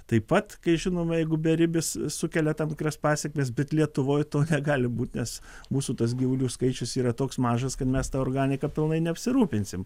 taip pat kai žinoma jeigu beribis sukelia tam tikras pasekmes bet lietuvoj to negalim būt nes mūsų tas gyvulių skaičius yra toks mažas kad mes ta organika pilnai neapsirūpinsim